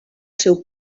seu